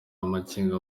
amakenga